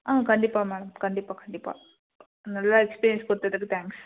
ஆ கண்டிப்பாக மேம் கண்டிப்பாக கண்டிப்பாக நல்லா எக்ஸ்பீரியன்ஸ் கொடுத்ததுக்கு தேங்க்ஸ்